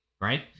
right